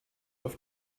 auf